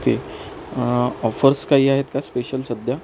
okay offers काही आहेत का स्पेशल सध्या